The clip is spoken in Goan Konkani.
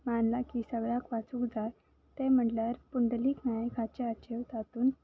मानलां की सगळ्याक वाचूंक जाय तें म्हणल्यार पुंडलीक नायक हाचे तातूंत